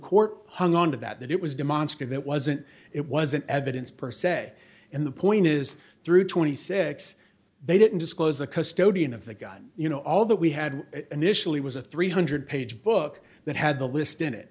court hung on to that that it was demonstrative it wasn't it wasn't evidence per se and the point is through twenty six dollars they didn't disclose a custodian of the god you know all that we had initially was a three hundred dollars page book that had the list in it